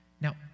Now